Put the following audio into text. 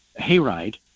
hayride